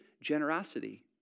generosity